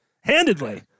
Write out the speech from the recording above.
Handedly